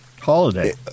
holiday